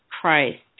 Christ